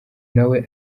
nawe